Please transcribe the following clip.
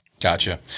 Gotcha